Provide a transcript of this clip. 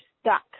stuck